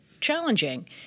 challenging